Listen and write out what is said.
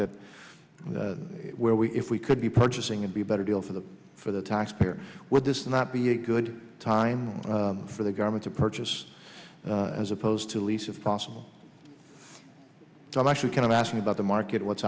that the where we if we could be purchasing it be a better deal for the for the taxpayer would this not be a good time for the government to purchase as opposed to lease of possible i'm actually kind of asking about the market what's